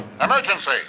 emergency